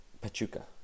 Pachuca